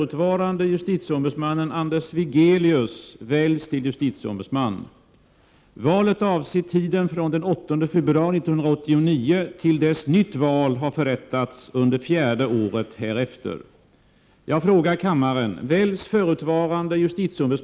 Kammaren biföll JO-delegationens förslag och utsåg därmed — för tiden från den 8 februari 1989 till dess nytt val genomförts under fjärde året härefter — till justitieombudsman